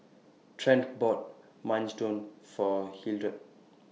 Trent bought Minestrone For Hildred